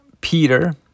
Peter